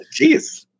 Jeez